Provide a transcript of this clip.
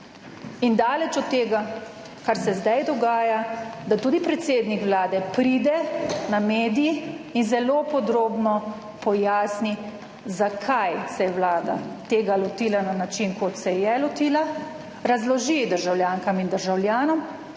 in daleč od tega, kar se zdaj dogaja, da tudi predsednik Vlade pride na medij in zelo podrobno pojasni, zakaj se je Vlada tega lotila na način, kot se je lotila. Razloži državljankam in državljanom,